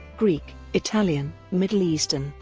greek, italian, middle eastern,